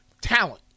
Talent